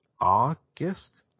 august